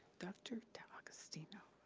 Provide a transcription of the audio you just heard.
dr. d'agostino.